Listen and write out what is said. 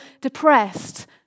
depressed